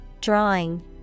Drawing